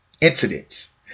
incidents